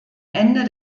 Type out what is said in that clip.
ende